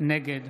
נגד